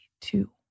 two